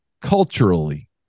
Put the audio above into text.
culturally